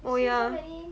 oh ya